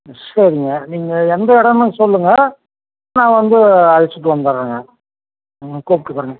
ம் சரிங்க நீங்கள் எந்த இடம்னு சொல்லுங்கள் நான் வந்து அழைச்சிட்டு வந்துடுறேங்க ம் கூப்பிட்டுக்குறேனுங்க